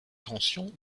tensions